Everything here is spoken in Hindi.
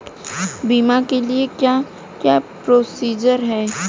बीमा के लिए क्या क्या प्रोसीजर है?